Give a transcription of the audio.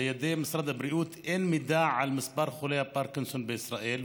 בידי משרד הבריאות אין מידע על מספר חולי הפרקינסון בישראל,